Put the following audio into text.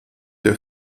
der